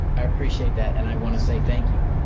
i appreciate that. and i wanna say thank you.